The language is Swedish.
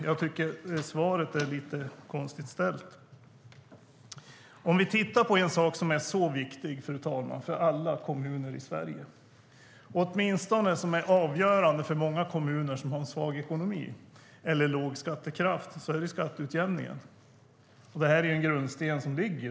Jag tycker att svaret är lite konstigt. Fru talman! Vi kan titta på en sak som är viktig för alla kommuner i Sverige och avgörande åtminstone för många kommuner som har en svag ekonomi eller låg skattekraft. Det är skatteutjämningen. Det är en grundsten.